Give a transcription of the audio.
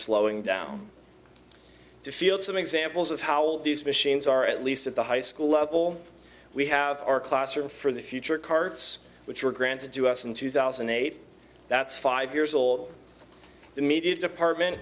slowing down to field some examples of how these machines are at least at the high school level we have our classroom for the future cards which were granted to us in two thousand and eight that's five years old the media department